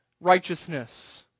righteousness